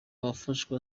wafashwe